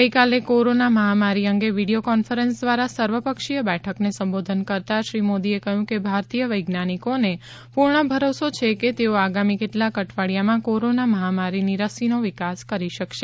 ગઈકાલે કોરોના મહામારી અંગે વિડિયો કોન્ફરન્સ દ્વારા સર્વપક્ષીય બેઠકને સંબોધન કરતાં શ્રી મોદીએ કહ્યું કે ભારતીય વૈજ્ઞાનિકોને પૂર્ણ ભરોસો છે કે તેઓ આગામી કેટલાક અઠવાડિયામાં કોરોના મહામારીની રસીનો વિકાસ કરી શકશે